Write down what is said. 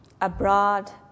abroad